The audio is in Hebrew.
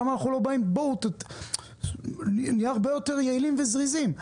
למה אנחנו לא --- בואו נהיה הרבה יותר יעילים וזריזים.